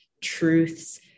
Truths